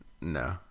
no